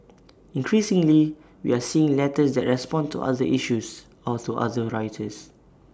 increasingly we are seeing letters that respond to other issues or to other writers